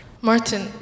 Martin